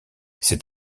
c’est